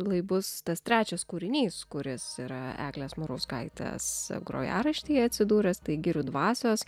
lai bus tas trečias kūrinys kuris yra eglės murauskaitės grojaraštyje atsidūręs tai girių dvasios